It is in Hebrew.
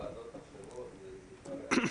יש גם ועדות אחרות, זו בעיה.